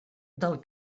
del